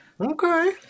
Okay